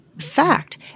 fact